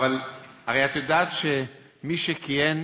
אבל הרי את יודעת שמי שכיהן